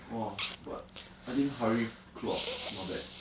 !wah! but I think harith claude not bad